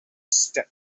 step